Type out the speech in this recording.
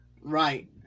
Right